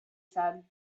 said